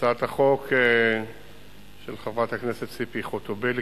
הצעת החוק של חברת הכנסת ציפי חוטובלי,